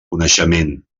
coneixement